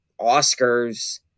Oscars